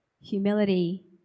humility